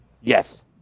Yes